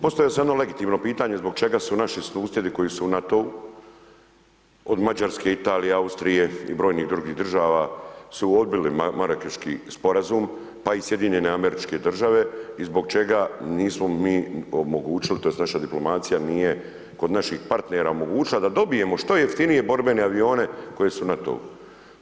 Postavio sam jedno legitimno pitanje zbog čega su naši susjedi koji su u NATO-u od Mađarske, Italije, Austrije i brojnih drugih država su odbili Marakeški sporazum, pa i SAD i zbog čega nismo mi omogućili tj. naša diplomacija nije kod naših partnera omogućila da dobijemo što jeftinije borbene avione koje su u NATO-u.